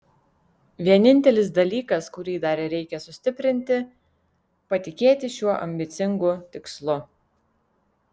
vienintelis dalykas kurį dar reikia sustiprinti patikėti šiuo ambicingu tikslu